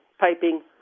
piping